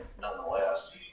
nonetheless